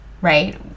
right